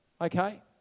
okay